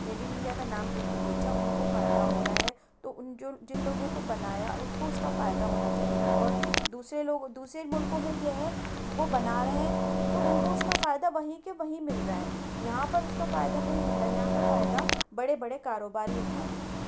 made in India کا نام دے کے بیچا ان کو فائدہ ہو رہا ہے تو ان جو جن لوگوں کو بنایا اس کو اس کا فائدہ ہونا چاہیے اور دوسرے لوگ دوسرے ملکوں میں یہ ہے جو وہ بنا رہے ہیں تو ان کو اس کا فائدہ وہیں کے وہیں مل رہا ہے یہاں پر اس کا فائدہ نہیں مل رہا ہے یہاں کا فائدہ بڑے بڑے کاروباری اٹھا رہے ہیں